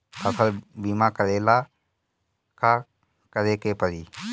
फसल बिमा करेला का करेके पारी?